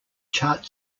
chart